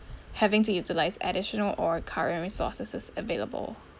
having to utilise additional or current resources available